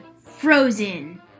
Frozen